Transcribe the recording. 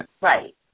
Right